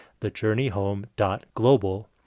thejourneyhome.global